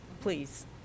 please